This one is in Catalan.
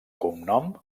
cognom